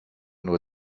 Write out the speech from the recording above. nur